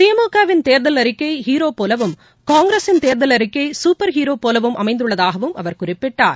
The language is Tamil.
திமுக வின் தேர்தல் அறிக்கை ஹீரோ போலவும் ஷாங்கிரஸின் தேர்தல் அறிக்கை சூப்பர் ஹீரோ போலவும் அமைந்துள்ளதாகவும் அவர் குறிப்பிட்டார்